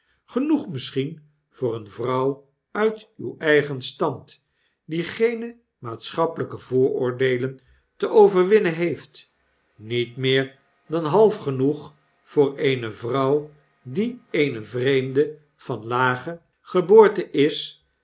genoeg misschien voor eene vrouw uit uw eigen stand die geene maatschappelpe vooroordeelen te overwinnen heeft met meer dan half genoeg voor eene vrouw die eene vreemde van lage geboorte is